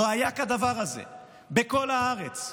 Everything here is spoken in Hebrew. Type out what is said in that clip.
לא היה כדבר הזה בכל הארץ,